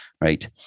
right